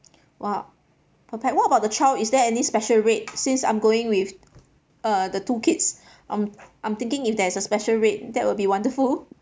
!wah! per pax what about the child is there any special rate since I'm going with uh the two kids I'm I'm thinking if there's a special rate that will be wonderful